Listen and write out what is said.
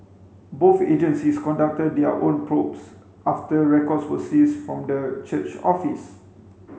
both agencies conducted their own probes after records were seized from the church office